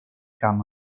camp